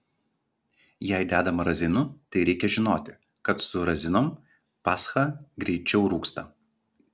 jei dedama razinų tai reikia žinoti kad su razinom pascha greičiau rūgsta